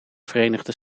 verenigde